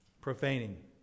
profaning